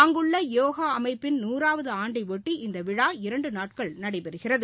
அங்குள்ள யோகா அமைப்பின் நூறாவது ஆண்டபொட்டி இந்த விழா இரண்டு நாட்கள் நடைபெறுகிறது